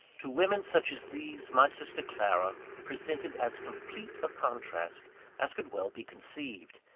to women such as these, my sister clara presented as complete a contrast as could well be conceived.